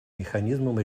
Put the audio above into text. механизмом